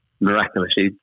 miraculously